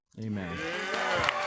Amen